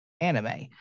anime